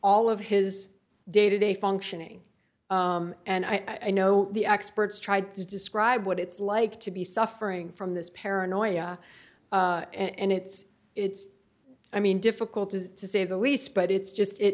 all of his dated a functioning and i know the experts tried to describe what it's like to be suffering from this paranoia and it's it's i mean difficult to say the least but it's just it